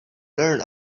learn